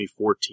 2014